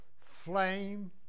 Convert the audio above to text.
flame